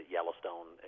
Yellowstone